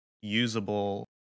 usable